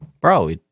Bro